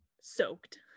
soaked